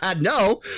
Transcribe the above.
no